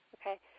Okay